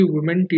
Women